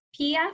PF